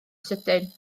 sydyn